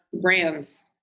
brands